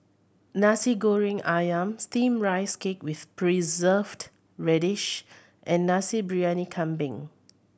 Nasi Goreng Ayam Steamed Rice Cake with Preserved Radish and Nasi Briyani Kambing